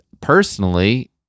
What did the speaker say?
Personally